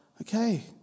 okay